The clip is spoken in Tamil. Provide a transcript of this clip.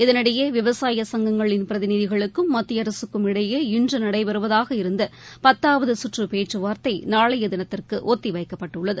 இதனிடையே விவசாய சங்கங்களின் பிரதிநிதிகளுக்கும் மத்திய அரசுக்கும் இடையே இன்று நடைபெறுவதாக இருந்த பத்தாவது சுற்று பேச்சுவார்த்தை நாளைய தினத்திற்கு ஒத்தி வைக்கப்பட்டுள்ளது